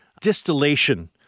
distillation